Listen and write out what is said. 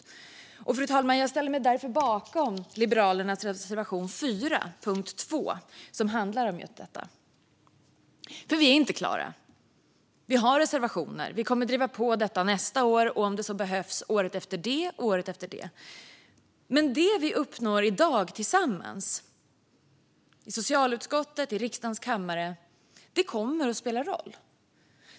Fru talman! Jag yrkar därför bifall till Liberalernas reservation 4 under punkt 2, som handlar om just detta. Vi är inte klara. Vi har reservationer, och vi kommer att driva på detta nästa år och, om så behövs, året efter det och året efter det. Men det vi uppnår i dag tillsammans i socialutskottet och i riksdagens kammare kommer att spela roll.